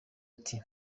ati